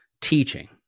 teaching